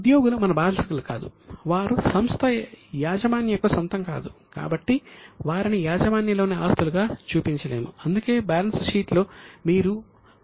ఉద్యోగులు మన బానిసలు కాదు వారు సంస్థ యాజమాన్యం యొక్క సొంతం కాదు కాబట్టి వారిని యాజమాన్యంలోని ఆస్తులుగా చూపించలేము అందుకే బ్యాలెన్స్ షీట్లో మీరు మానవ ఆస్తులు చూడలేరు